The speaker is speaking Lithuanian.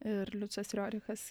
ir liucas riorichas